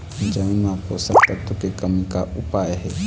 जमीन म पोषकतत्व के कमी का उपाय हे?